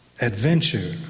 Adventure